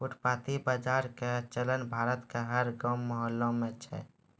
फुटपाती बाजार के चलन भारत के हर गांव मुहल्ला मॅ छै